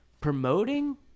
promoting